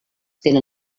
tenen